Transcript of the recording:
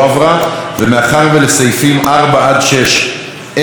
מאחר שלסעיפים 4 עד 6 אין הסתייגויות,